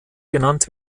genannt